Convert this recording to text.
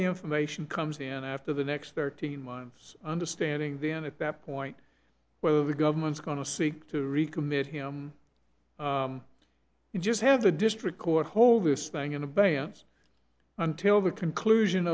the information comes and after the next thirteen months understanding then at that point whether the government's going to seek to recommit him you just have the district court hold this thing in abeyance until the conclusion